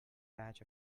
batch